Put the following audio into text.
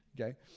Okay